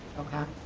okay.